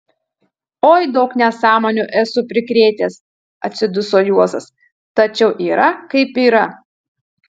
oi daug nesąmonių esu prikrėtęs atsiduso juozas tačiau yra kaip yra